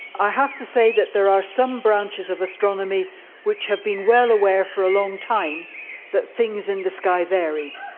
i have to say that there are some branches of astronomy which has been well aware for a long time that things in the sky varied.